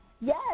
Yes